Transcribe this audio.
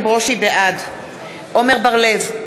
בעד עמר בר-לב,